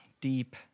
deep